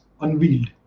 unveiled